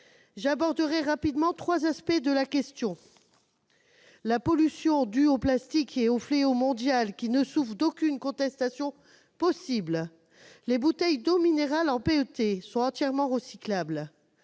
J'aborderai rapidement trois aspects de la question. La pollution due aux plastiques est un fléau mondial qui ne souffre aucune contestation. Toutefois, les bouteilles d'eau minérale en PET sont entièrement recyclables.